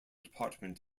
department